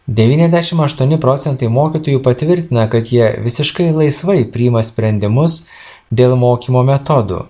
devyniasdešim aštuoni procentai mokytojų patvirtina kad jie visiškai laisvai priima sprendimus dėl mokymo metodų